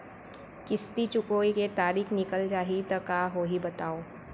किस्ती चुकोय के तारीक निकल जाही त का होही बताव?